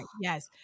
yes